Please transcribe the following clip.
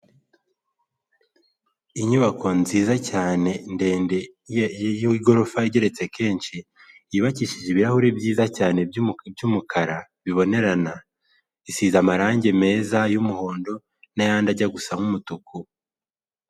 Inyubako nziza cyane ndende y'igorofa igeretse kenshi, yubakishije ibirahuri byiza cyane by'umukara bibonerana, isize amarangi meza y'umuhondo, n'ayandi ajya gusa nk'umutuku.